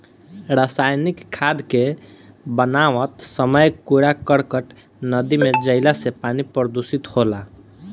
रासायनिक खाद के बनावत समय कूड़ा करकट नदी में जईला से पानी प्रदूषित होला